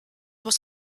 was